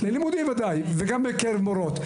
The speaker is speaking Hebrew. ללימודים ודאי, וגם בקרב מורות.